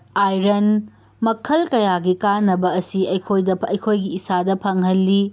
iron ꯃꯈꯜ ꯀꯌꯥꯒꯤ ꯀꯥꯟꯅꯕ ꯑꯁꯤ ꯑꯩꯈꯣꯏꯗ ꯑꯩꯈꯣꯏꯒꯤ ꯏꯁꯥꯗ ꯐꯪꯍꯜꯂꯤ